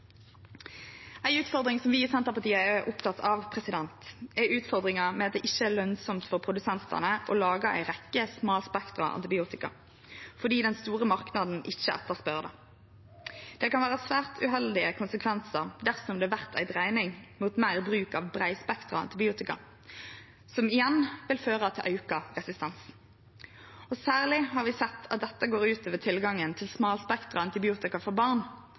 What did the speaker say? Ei utfordring vi i Senterpartiet er opptekne av, er utfordringa med at det ikkje er lønsamt for produsentane å lage ei rekkje smalspektra antibiotika fordi den store marknaden ikkje etterspør det. Det kan vere svært uheldige konsekvensar dersom det vert ei dreiing mot meir bruk av breispektra antibiotika, som igjen vil føre til auka resistens. Særleg har vi sett at dette går ut over tilgangen til smalspektra antibiotika for barn,